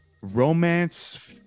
romance